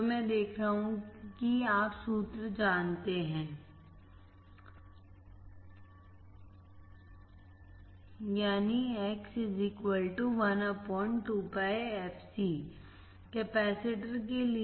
जो मैं देख रहा हूं कि आप सूत्र जानते हैं X 1 कैपेसिटर के लिए